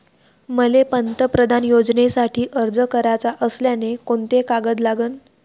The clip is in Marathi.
मले पंतप्रधान योजनेसाठी अर्ज कराचा असल्याने कोंते कागद लागन?